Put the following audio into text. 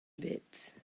ebet